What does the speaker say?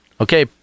Okay